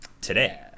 today